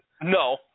No